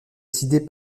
décidées